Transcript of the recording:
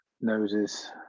noses